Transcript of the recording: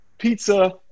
Pizza